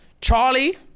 Charlie